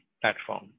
platform